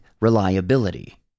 reliability